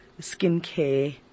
skincare